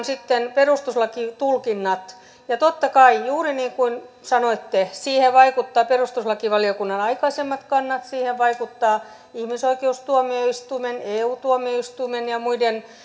sitten perustuslakitulkinnat ja totta kai juuri niin kuin sanoitte siihen vaikuttavat perustuslakivaliokunnan aikaisemmat kannat siihen vaikuttavat ihmisoikeustuomioistuimen eu tuomioistuimen ja muiden